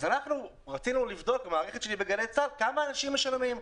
אנחנו רצינו לבדוק במערכת שלי בגלי צה"ל כמה אנשים משלמים.